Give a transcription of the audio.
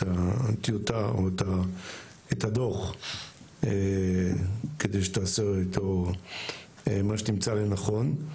הטיוטה או את הדוח כדי שתעשה איתו מה שתמצא לנכון.